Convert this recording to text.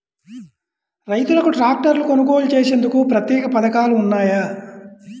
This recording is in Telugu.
రైతులకు ట్రాక్టర్లు కొనుగోలు చేసేందుకు ప్రత్యేక పథకాలు ఉన్నాయా?